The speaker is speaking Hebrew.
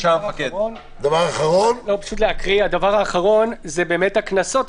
דבר אחרון זה הקנסות,